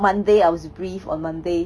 monday I was brief on monday